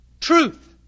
truth